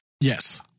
Yes